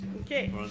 Okay